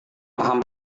paham